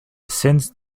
since